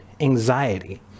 anxiety